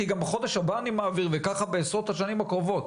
כי גם בחודש הבא אני מעביר וככה בסוף השנים הקרובות